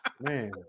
Man